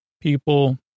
people